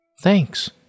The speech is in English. Thanks